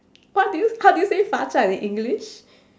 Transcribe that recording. what do you how do you say 罚站 in english